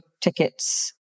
tickets